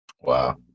Wow